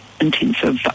intensive